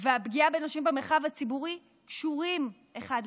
והפגיעה בנשים במרחב הציבורי קשורים אחד לשני,